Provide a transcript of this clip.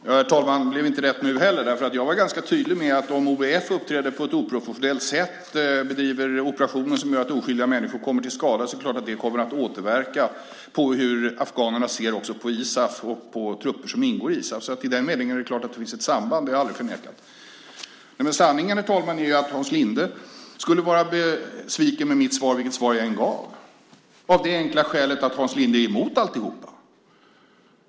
Herr talman! Det blev inte rätt nu heller. Jag var ganska tydlig med att om OEF uppträder på ett oprofessionellt sätt och bedriver operationer som gör att oskyldiga människor kommer till skada kommer det så klart att återverka på hur afghanerna ser på ISAF och på de trupper som ingår i ISAF. I den meningen är det klart att det finns ett samband. Det har jag aldrig förnekat. Sanningen, herr talman, är att Hans Linde skulle vara besviken på mitt svar vilket svar jag än gav, av det enkla skälet att Hans Linde är emot alltihop.